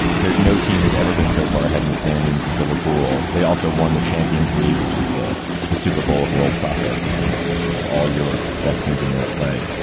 there's no team has ever been so far ahead in the standings as liverpool. they also won the champions league, which is the the super bowl of world soccer, which is a kind of all europe best teams in europe play.